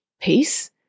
peace